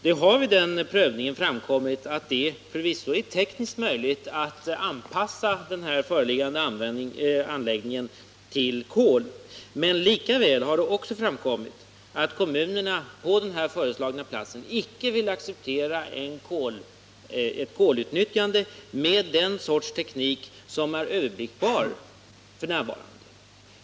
Det har vid den prövningen framkommit att det förvisso är tekniskt möjligt att anpassa den här föreliggande anläggningen till kol, men det har också framkommit att kommunerna på den här föreslagna platsen icke vill acceptera ett kolutnyttjande med den sorts teknik som är överblickbar f.n.